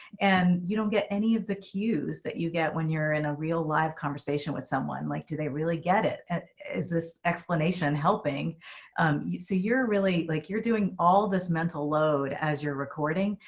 and you don't get any of the cues that you get when you're in a real live conversation with someone like do they really get it? is this explanation helping you? so you're really like you're doing all this mental load as you're recording.